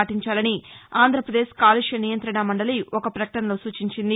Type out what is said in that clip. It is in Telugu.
పాటించాలని ఆంధ్రాపదేశ్ కాలుష్య నియంతణ మండలి ఒక పకటనలో సూచించింది